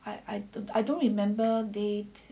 I I I don't remember they